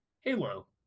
Halo